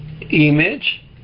Image